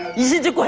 is it you?